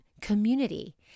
community